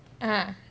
ah